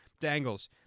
dangles